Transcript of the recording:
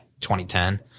2010